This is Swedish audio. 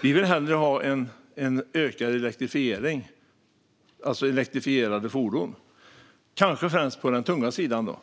Vi vill hellre ha en ökad elektrifiering, alltså elektrifierade fordon, kanske främst på den tunga sidan.